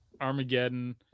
armageddon